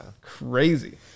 Crazy